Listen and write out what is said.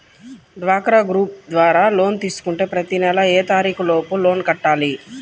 డ్వాక్రా గ్రూప్ ద్వారా లోన్ తీసుకుంటే ప్రతి నెల ఏ తారీకు లోపు లోన్ కట్టాలి?